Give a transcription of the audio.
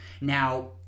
Now